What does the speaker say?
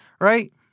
right